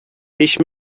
ich